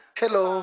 hello